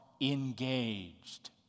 engaged